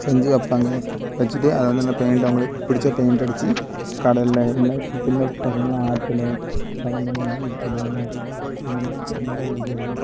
செஞ்சு வப்பாங்க வச்சிட்டு அதை வந்து நல்ல பெயிண்ட்டு அவங்களுக்கு பிடித்த பெயிண்ட் அடிச்சு கடல்ல என்னாச்சு சின்ன பசங்களெலாம் ஆத்தில் கடல் அந்த மாதிரி விடுவாங்க அந்த மா அந்த மாதிரி விடுறது